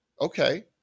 Okay